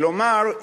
כלומר,